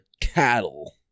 cattle